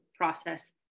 Process